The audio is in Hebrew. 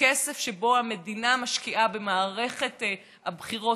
שהמדינה משקיעה במערכת הבחירות,